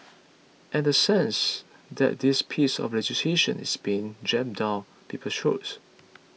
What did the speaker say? and a sense that this piece of legislation is being jammed down people's throats